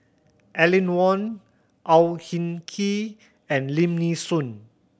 Aline Wong Au Hing Kee and Lim Nee Soon